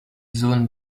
zone